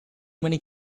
many